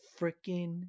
freaking